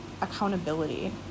accountability